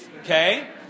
okay